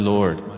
Lord